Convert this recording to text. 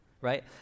right